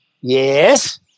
Yes